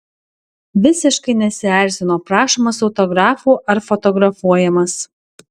visiškai nesierzino prašomas autografų ar fotografuojamas